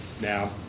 Now